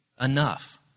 enough